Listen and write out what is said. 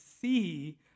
see